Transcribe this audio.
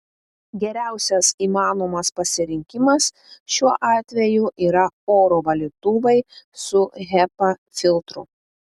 geriausias įmanomas pasirinkimas šiuo atveju yra oro valytuvai su hepa filtru